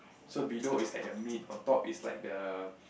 so below is like the meat on top is like the